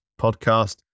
podcast